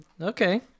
Okay